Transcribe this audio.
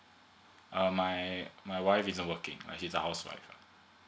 um my my wife is not working she's a housewife